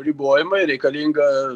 ribojimai reikalinga